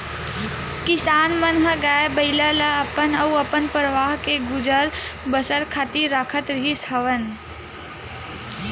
किसान मन ह गाय, बइला ल अपन अउ अपन परवार के गुजर बसर खातिर राखत रिहिस हवन